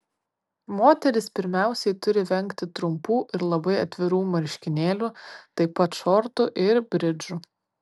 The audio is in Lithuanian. moterys pirmiausiai turi vengti trumpų ir labai atvirų marškinėlių taip pat šortų ir bridžų